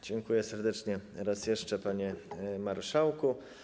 Dziękuję serdecznie raz jeszcze, panie marszałku.